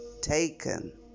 taken